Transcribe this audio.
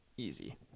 Easy